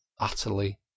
utterly